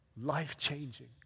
Life-changing